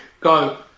Go